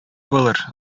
булыр